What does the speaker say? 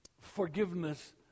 forgiveness